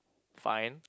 fine